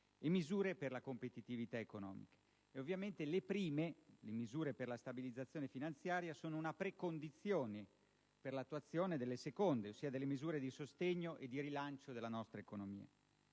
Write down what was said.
e misure per la competitività economica. Ovviamente, le misure per la stabilizzazione finanziaria sono una precondizione per l'attuazione delle misure di sostegno e di rilancio della nostra economia.